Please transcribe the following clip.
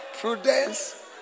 prudence